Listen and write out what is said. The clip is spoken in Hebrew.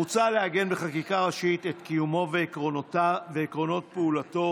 מוצע לעגן בחקיקה ראשית את קיומו ועקרונות פעולתו